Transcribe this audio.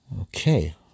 Okay